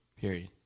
Period